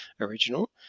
original